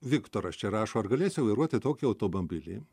viktoras čia rašo ar galėsiu vairuoti tokį automobilį